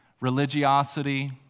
religiosity